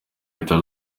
leta